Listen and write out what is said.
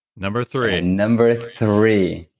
number three? number three.